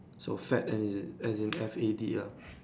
so fad as in as in F A D ah